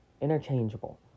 Interchangeable